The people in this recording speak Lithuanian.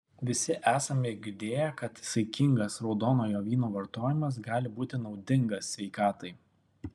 visi esame girdėję kad saikingas raudonojo vyno vartojimas gali būti naudingas sveikatai